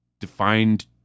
defined